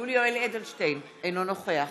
יולי יואל אדלשטיין, אינו נוכח